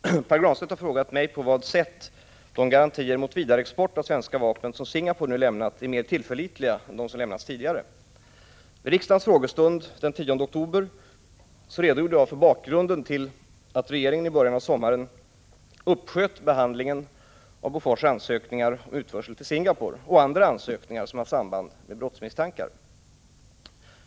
Herr talman! Pär Granstedt har frågat mig på vad sätt de garantier mot vidareexport av svenska vapen som Singapore nu lämnat är mer tillförlitliga än de som lämnats tidigare. Vid riksdagens frågestund den 10 oktober redogjorde jag för bakgrunden till att regeringen i början av sommaren uppsköt behandlingen av Bofors ansökningar om utförsel till Singapore och andra ansökningar som har samband med brottsmisstankar.